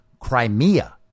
Crimea